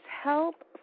help